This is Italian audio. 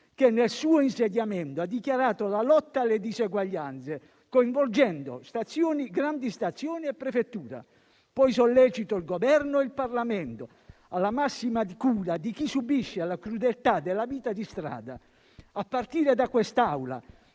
che nel suo insediamento ha dichiarato la lotta alle diseguaglianze, coinvolgendo grandi stazioni e prefettura. Sollecito poi il Governo e il Parlamento alla massima cura di chi subisce la crudeltà della vita di strada, a partire da quest'Assemblea,